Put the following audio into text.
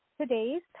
today's